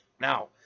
Now